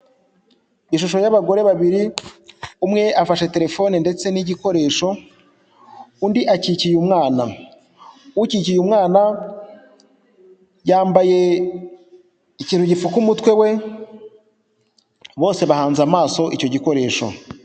Ishusho y'abagore babiri, umwe afashe telefone ndetse n'igikoresho, undi akikiye umwana, ukikiye umwana yambaye ikintu gipfuka umutwe we, bose bahanze amaso icyo gikoresho.